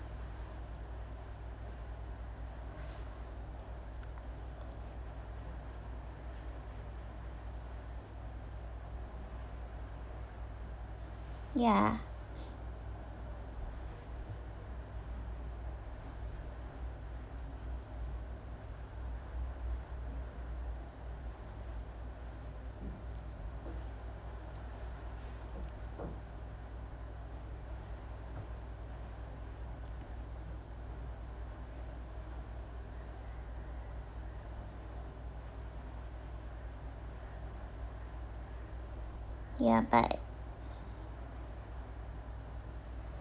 ya ya but